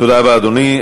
תודה רבה, אדוני.